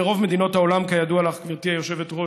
ורוב מדינות העולם, כידוע לך גברתי היושבת-ראש,